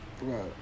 Right